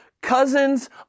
Cousins